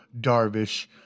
Darvish